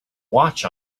watch